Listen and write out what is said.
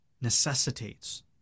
necessitates